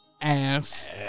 ass